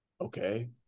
Okay